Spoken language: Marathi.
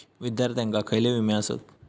विद्यार्थ्यांका खयले विमे आसत?